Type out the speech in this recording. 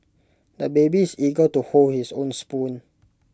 the baby is eager to hold his own spoon